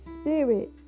spirit